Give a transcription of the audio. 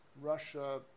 Russia